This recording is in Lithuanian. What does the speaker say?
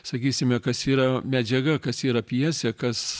sakysime kas yra medžiaga kas yra pjesė kas